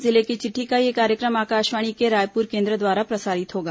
जिले की चिट़ठी का यह कार्यक्रम आकाशवाणी के रायप्र केंद्र द्वारा प्रसारित होगा